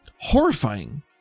horrifying